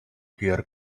here